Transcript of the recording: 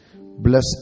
Bless